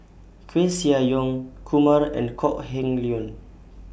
Koeh Sia Yong Kumar and Kok Heng Leun